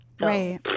Right